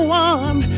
one